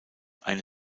eine